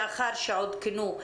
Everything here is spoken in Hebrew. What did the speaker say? לאחר שעודכנו,